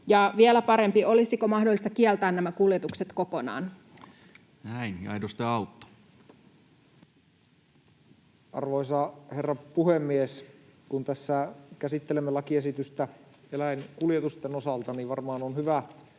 Ja vielä parempi: olisiko mahdollista kieltää nämä kuljetukset kokonaan? Mikrofoni ensinnäkin päälle. Näin. — Ja edustaja Autto. Arvoisa herra puhemies! Kun tässä käsittelemme lakiesitystä eläinkuljetusten osalta, niin varmaan on hyvä